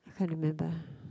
I can't remember ah